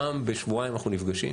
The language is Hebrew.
פעם בשבועיים אנחנו נפגשים